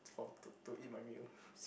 found to to eat my meal